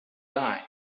die